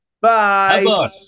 Bye